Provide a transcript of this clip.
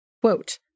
quote